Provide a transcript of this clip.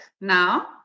now